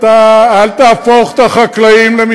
אתה תעשה את התפקיד שלך.